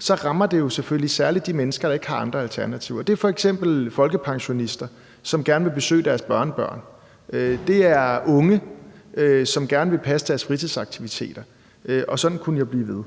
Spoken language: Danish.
rammer det jo selvfølgelig også særlig de mennesker, der ikke har andre alternativer, og det er f.eks. folkepensionister, som gerne vil besøge deres børnebørn, og det er unge, som gerne vil passe deres fritidsaktiviteter, og sådan kunne jeg blive ved.